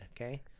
Okay